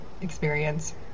experience